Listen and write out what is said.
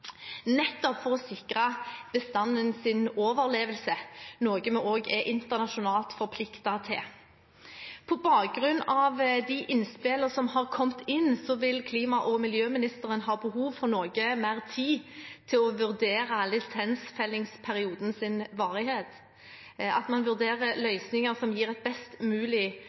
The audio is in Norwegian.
nettopp for å sikre bestandens overlevelse, noe vi også er internasjonalt forpliktet til. På bakgrunn av de innspillene som har kommet inn, vil klima- og miljøministeren ha behov for noe mer tid til å vurdere lisensfellingsperiodens varighet. At man vurderer løsninger som gir en best mulig